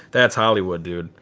that's hollywood dude.